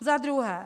Za druhé.